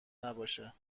نباشه